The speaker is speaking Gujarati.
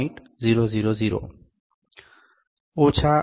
00 50